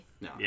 No